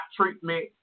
treatment